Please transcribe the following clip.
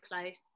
close